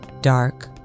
dark